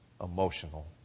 emotional